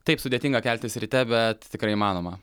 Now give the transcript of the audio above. taip sudėtinga keltis ryte bet tikrai įmanoma